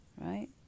Right